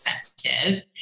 sensitive